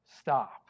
Stop